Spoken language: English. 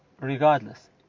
regardless